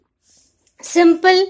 Simple